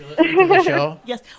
Yes